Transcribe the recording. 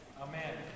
Amen